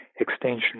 extension